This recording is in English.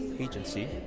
agency